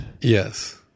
Yes